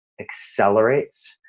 accelerates